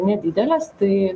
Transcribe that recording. nedidelės tai